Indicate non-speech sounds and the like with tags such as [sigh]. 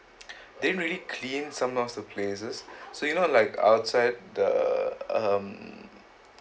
[breath] didn't really clean some of the places so you know like outside the um